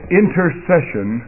intercession